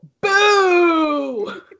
boo